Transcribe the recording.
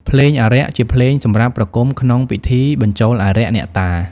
ភ្លេងអារក្ស ជាភ្លេងសម្រាប់ប្រគំក្នុងពិធីបញ្ចូលអារក្ស អ្នកតា។